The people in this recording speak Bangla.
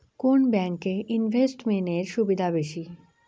কোন ব্যাংক এ ইনভেস্টমেন্ট এর সুবিধা বেশি?